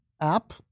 app